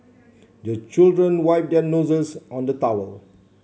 the children wipe their noses on the towel